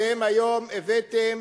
אתם היום הבאתם